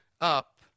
up